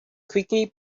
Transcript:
quickly